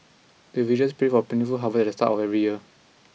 the liftat the start of every year